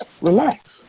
Relax